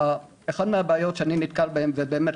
אחת מהבעיות שאני נתקל בהן זה באמת,